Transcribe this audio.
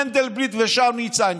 מנדלבליט ושי ניצן,